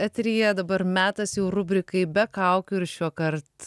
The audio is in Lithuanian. eteryje dabar metas jau rubrikai be kaukių ir šiuokart